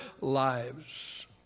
lives